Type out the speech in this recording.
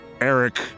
Eric